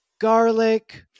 garlic